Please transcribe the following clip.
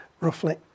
Roughly